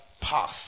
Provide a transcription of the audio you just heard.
path